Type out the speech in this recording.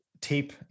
tape